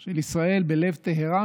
של ישראל בלב טהראן,